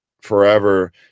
forever